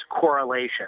correlation